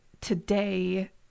today